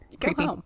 Creepy